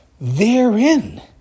Therein